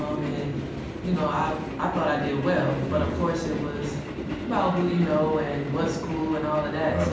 um and you know i i thought i did well. but of course it was about who you know and what school and all of that. a